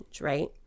right